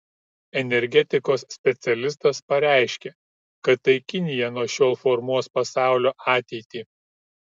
energetikos specialistas pareiškė kad tai kinija nuo šiol formuos pasaulio ateitį